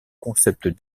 concepts